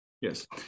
Yes